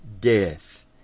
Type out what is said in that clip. death